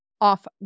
off